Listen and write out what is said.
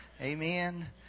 Amen